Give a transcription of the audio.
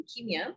leukemia